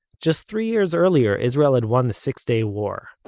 just three years earlier israel had won the six day war